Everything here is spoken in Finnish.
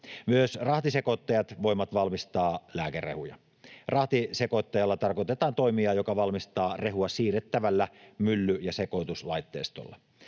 Myös rahtisekoittajat voivat valmistaa lääkerehuja. Rahtisekoittajalla tarkoitetaan toimijaa, joka valmistaa rehua siirrettävällä mylly- ja sekoituslaitteistolla.